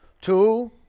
Two